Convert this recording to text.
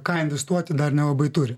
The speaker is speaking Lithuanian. ką investuoti dar nelabai turi